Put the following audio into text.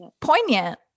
poignant